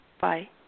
Bye